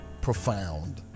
profound